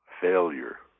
failure